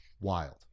Wild